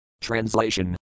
Translation